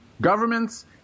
governments